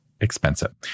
expensive